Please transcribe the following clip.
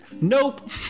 Nope